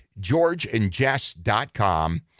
georgeandjess.com